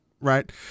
right